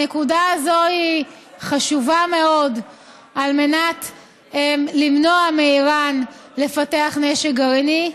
הנקודה הזו היא חשובה מאוד על מנת למנוע מאיראן לפתח נשק גרעיני.